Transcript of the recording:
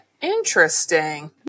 Interesting